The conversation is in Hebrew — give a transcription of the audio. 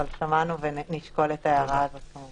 אבל שמענו ונשקול את ההערה הזאת כמובן.